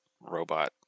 robot